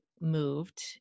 moved